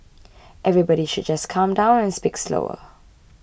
everybody should just calm down and speak slower